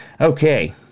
okay